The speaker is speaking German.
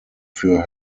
für